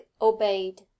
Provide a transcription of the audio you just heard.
obeyed